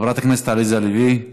חברת הכנסת עליזה לביא,